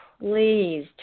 please